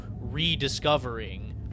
rediscovering